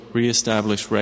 re-establish